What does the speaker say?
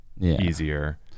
easier